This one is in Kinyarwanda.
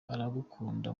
aragukunda